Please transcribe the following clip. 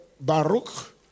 Baruch